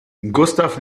gustav